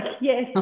yes